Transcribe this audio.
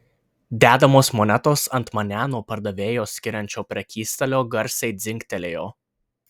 dedamos monetos ant mane nuo pardavėjo skiriančio prekystalio garsiai dzingtelėjo